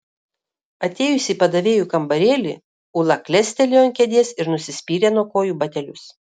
atėjusi į padavėjų kambarėlį ūla klestelėjo ant kėdės ir nusispyrė nuo kojų batelius